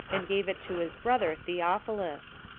and gave it to his brother theophilus.